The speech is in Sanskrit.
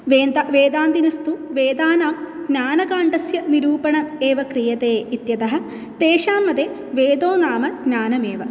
वेन्ता वेदान्तिनस्तु वेदानां ज्ञानकाण्डस्य निरूपणम् एव क्रियते इत्यतः तेषां मते वेदो नाम ज्ञानमेव